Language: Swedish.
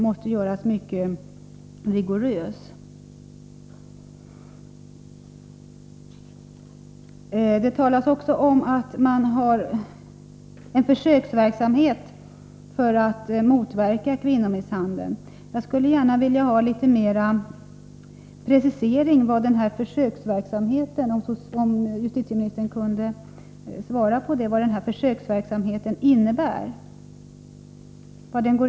Det talas i svaret om att det pågår en försöksverksamhet för att motverka kvinnomisshandeln. Jag skulle gärna vilja ha litet mer precisering av denna försöksverksamhet och att justitieministern svarade på vad den här försöksverksamheten innebär.